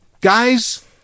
Guys